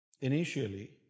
initially